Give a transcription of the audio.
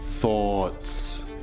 Thoughts